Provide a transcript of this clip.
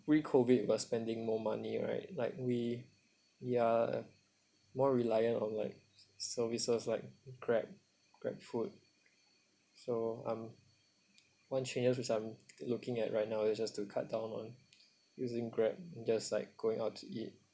pre COVID we were spending more money right like we we are more reliant on like services like Grab GrabFood so um one changes which I'm looking at right now is just to cut down on using Grab just like going out to eat